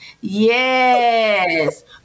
yes